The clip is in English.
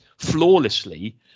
flawlessly